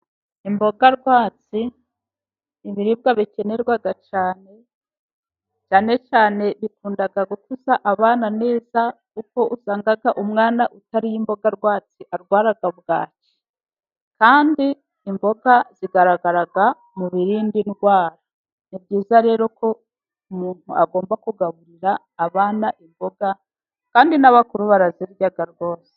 Imboga rwatsi ibiribwa bikenerwa cyane, cyane cyane bikunda gukuza abana neza, kuko usanga umwana utariye imboga rwatsi arwara bwaki, kandi imboga zigaragara mu birindi indwara, ni byiza rero ko umuntu agomba kugaburira abana imboga, kandi n'abakuru barazirya rwose.